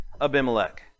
Abimelech